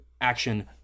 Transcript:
action